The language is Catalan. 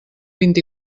vint